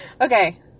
Okay